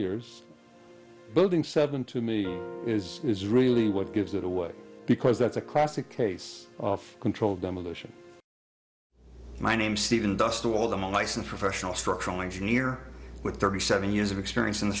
years building seven to me is really what gives it away because that's a classic case of controlled demolition my name stephen dust to all the mice in the professional structural engineer with thirty seven years of experience in the